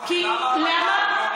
למה,